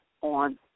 on